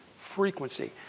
frequency